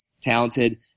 talented